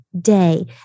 day